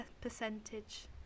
percentage